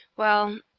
well,